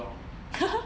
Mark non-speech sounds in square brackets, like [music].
[laughs]